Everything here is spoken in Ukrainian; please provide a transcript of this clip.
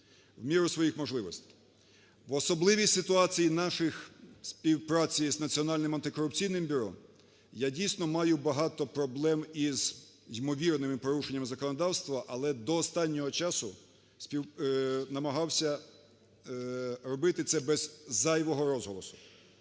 в міру своїх можливостей. Бо особливість ситуації нашої співпраці з Національним антикорупційним бюро, я дійсно маю багато проблем із ймовірними порушеннями законодавства, але до останнього часу намагався робити це без зайвого розголосу.